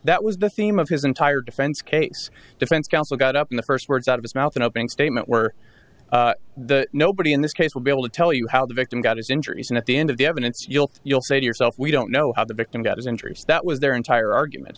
that was the theme of his entire defense case defense counsel got up in the first words out of his mouth an opening statement where the nobody in this case will be able to tell you how the victim got his injuries and at the end of the evidence you'll you'll say to yourself we don't know how the victim got his injuries that was their entire argument